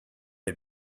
had